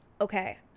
Okay